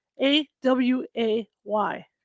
A-W-A-Y